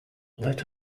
let